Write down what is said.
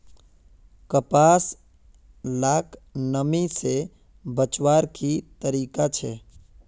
कपास लाक नमी से बचवार की तरीका छे?